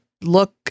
look